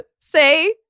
say